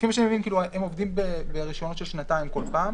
מה שאני מבין הם עובדים ברישיונות של שנתיים בכל פעם,